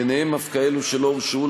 ביניהם אף כאלו שלא הורשעו,